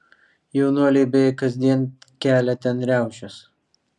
jaunuoliai beveik kasdien kelia ten riaušes